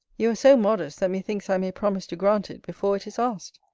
you are so modest, that methinks i may promise to grant it before it is asked.